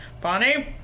Bonnie